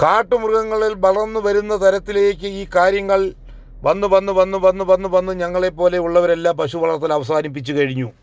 കാട്ടുമൃഗങ്ങളിൽ വളർന്ന് വരുന്ന തരത്തിലേക്ക് ഈ കാര്യങ്ങൾ വന്ന് വന്ന് വന്ന് വന്ന് വന്ന് വന്ന് ഞങ്ങളെ പോലെയുള്ളവരെല്ലാം പശുവളർത്തൽ അവസാനിപ്പിച്ച് കഴിഞ്ഞു